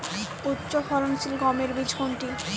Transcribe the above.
উচ্চফলনশীল গমের বীজ কোনটি?